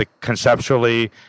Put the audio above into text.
Conceptually